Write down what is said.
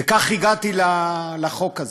וכך הגעתי לחוק הזה,